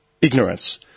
ignorance